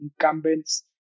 incumbents